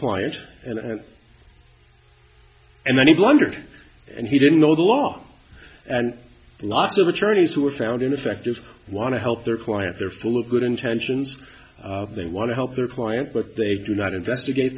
client and and then he blundered and he didn't know the law and a lot of attorneys who are found in effect just want to help their client they're full of good intentions they want to help their client but they do not investigate